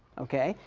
ok.